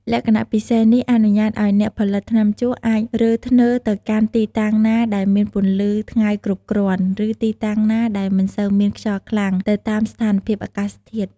លក្ខណៈពិសេសនេះ អនុញ្ញាតអោយអ្នកផលិតថ្នាំជក់អាចរើធ្នើរទៅកាន់ទីតាំងណាដែលមានពន្លឺថ្ងៃគ្រប់គ្រាន់ ឬទីតាំងណាដែលមិនសូវមានខ្យល់ខ្លាំង ទៅតាមស្ថានភាពអាកាសធាតុ។